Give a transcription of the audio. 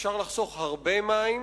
אפשר לחסוך הרבה מים,